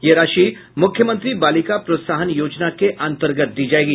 यह राशि मुख्यमंत्री बालिका प्रोत्साहन योजना के अंतर्गत दी जायेगी